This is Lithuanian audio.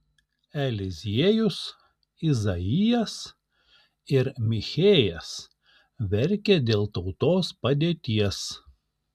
eliziejus izaijas ir michėjas verkė dėl tautos padėties